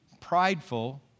prideful